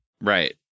Right